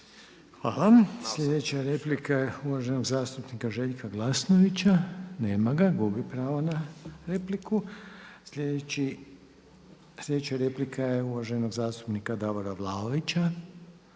Hvala. Sljedeća replika je uvaženog zastupnika Željka Glasnovića. Nema ga, gubi pravo na repliku. Sljedeća replika je uvaženog zastupnika Davora Vlaovića.